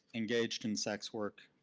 engaged in sex work.